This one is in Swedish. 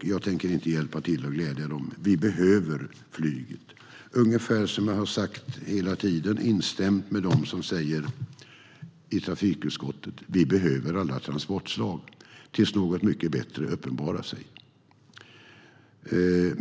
Jag tänker inte hjälpa till att glädja dem. Vi behöver flyget. Jag har hela tiden instämt med dem i trafikutskottet som säger att vi behöver alla transportslag tills något mycket bättre uppenbarar sig.